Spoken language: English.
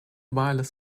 wireless